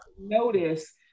notice